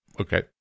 Okay